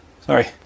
Sorry